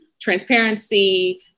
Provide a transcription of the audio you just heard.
transparency